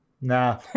nah